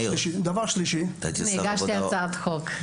אני הגשתי הצעת חוק בנושא.